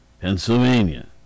Pennsylvania